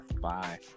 bye